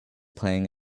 playing